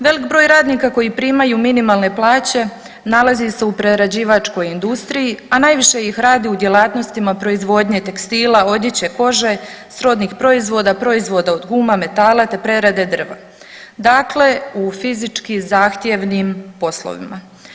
Velik broj radnika koji primaju minimalne plaće nalaze se u prerađivačkoj industriji, a najviše ih radi u djelatnostima proizvodnje tekstila, odjeće, kože, srodnih proizvoda, proizvoda od guma, metala te prerade drva, dakle u fizički zahtjevnim poslovima.